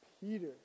Peter